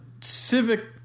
civic